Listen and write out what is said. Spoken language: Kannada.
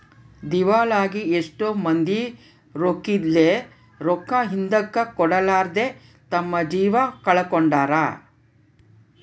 ದಿವಾಳಾಗಿ ಎಷ್ಟೊ ಮಂದಿ ರೊಕ್ಕಿದ್ಲೆ, ರೊಕ್ಕ ಹಿಂದುಕ ಕೊಡರ್ಲಾದೆ ತಮ್ಮ ಜೀವ ಕಳಕೊಂಡಾರ